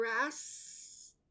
grass